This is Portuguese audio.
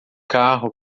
carro